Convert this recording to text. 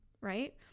Right